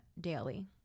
daily